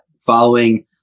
following